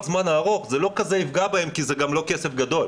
זמן הארוך זה לא כזה יפגע בהם כי זה גם לא כסף גדול.